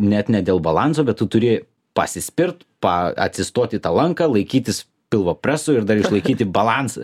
net ne dėl balanso bet tu turi pasispirt pa atsistoti į tą lanką laikytis pilvo preso ir dar išlaikyti balansą